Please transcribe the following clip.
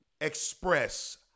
express